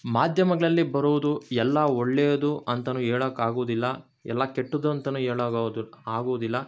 ಮಾಧ್ಯಮಗಳಲ್ಲಿ ಬರುವುದು ಎಲ್ಲ ಒಳ್ಳೆಯದು ಅಂತನೂ ಹೇಳಕ್ ಆಗೋದಿಲ್ಲ ಎಲ್ಲ ಕೆಟ್ಟದು ಅಂತನೂ ಏಳೋಗಾಉದು ಆಗುವುದಿಲ್ಲ